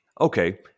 Okay